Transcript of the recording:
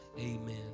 Amen